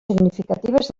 significatives